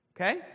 Okay